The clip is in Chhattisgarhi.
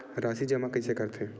राशि जमा कइसे करथे?